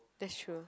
that's true